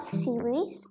series